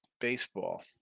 Baseball